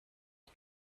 wie